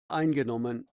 eingenommen